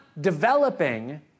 developing